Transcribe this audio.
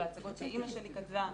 בהצגות שאמא שלי כתבה.